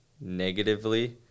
negatively